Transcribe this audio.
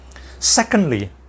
Secondly